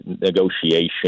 negotiation